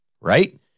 right